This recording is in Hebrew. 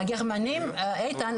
איתן,